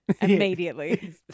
immediately